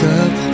up